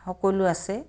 সকলো আছে